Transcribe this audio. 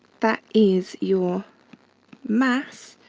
that is your mass